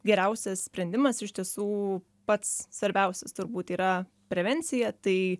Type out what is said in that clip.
geriausias sprendimas iš tiesų pats svarbiausias turbūt yra prevencija tai